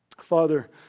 Father